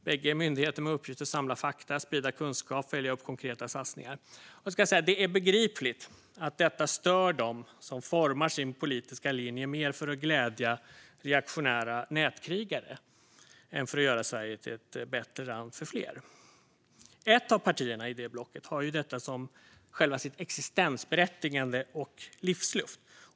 Bägge är myndigheter med uppgift att samla fakta, sprida kunskap och följa upp konkreta satsningar. Det är begripligt att detta stör dem som formar sin politiska linje mer för att glädja reaktionära nätkrigare än för att göra Sverige till ett bättre land för fler. Ett av partierna i det blocket har ju detta som själva sitt existensberättigande och sin livsluft.